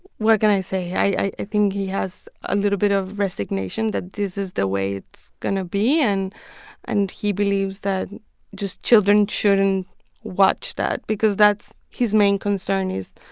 what can i say? i think he has a little bit of resignation that this is the way it's going to be. and and he believes that just children shouldn't watch that because that's his main concern is,